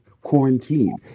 quarantine